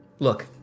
Look